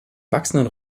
wachsenden